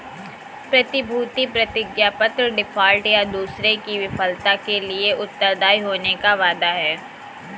प्रतिभूति प्रतिज्ञापत्र डिफ़ॉल्ट, या दूसरे की विफलता के लिए उत्तरदायी होने का वादा है